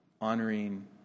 honoring